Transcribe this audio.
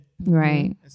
Right